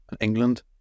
England